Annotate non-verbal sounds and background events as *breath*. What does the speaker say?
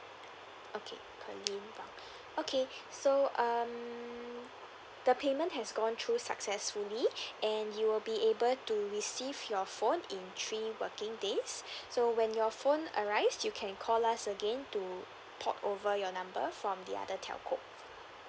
okay pearlyn pang *breath* okay so um the payment has gone through successfully and you will be able to receive your phone in three working days so when your phone arrives you can call us again to port over your number from the other telco